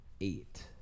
eight